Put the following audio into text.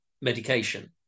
medication